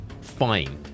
Fine